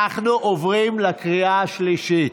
אנחנו עוברים לקריאה השלישית.